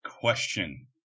question